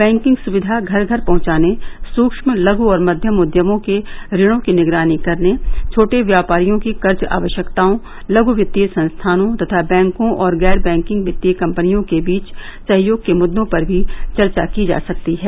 banking सुविधा घर घर पहुंचाने सूक्ष्म लघू और मध्यम उद्यमों के ऋणों की निगरानी करने छोटे व्यापारियों की कर्ज आवश्यकताओं लघु वित्तीय संस्थानों तथा बैंकों और गैर बैंकिंग वित्तीय कम्पनियों के बीच सहयोग के मुद्दों पर भी चर्चा की जा सकती है